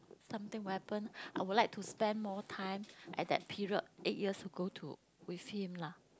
something would happen I would like to spend more time at that period eight years ago to with him lah